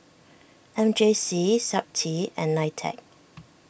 M J C Safti and Nitec